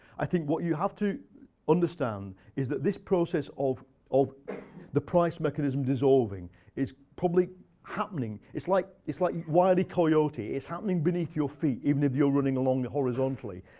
i think what you have to understand is that this process of of the price mechanism dissolving is probably happening. it's like it's like wile e. coyote. it's happening beneath your feet, even if you're running along horizontally.